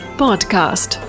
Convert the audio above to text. podcast